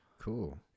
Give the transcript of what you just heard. Cool